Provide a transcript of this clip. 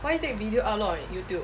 why take video upload on youtube